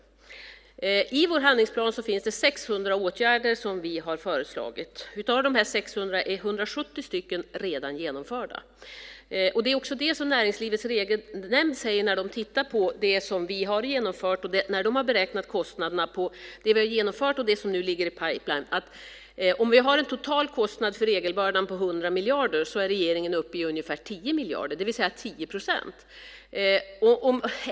I vår handlingsplan finns 600 åtgärder som vi har föreslagit. Av de 600 är 170 redan genomförda. Näringslivets Regelnämnd säger efter att ha tittat på det som vi har genomfört och när de har beräknat kostnaderna för detta och för det som nu ligger i pipeline att om vi har en total kostnad för regelbördan på 100 miljarder är regeringen uppe i ungefär 10 miljarder, det vill säga 10 procent.